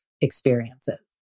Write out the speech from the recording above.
experiences